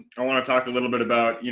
i want to talk a little bit about, you